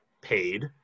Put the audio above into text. paid